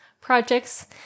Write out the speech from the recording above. projects